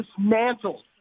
dismantled